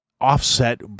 offset